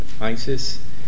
ISIS